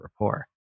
rapport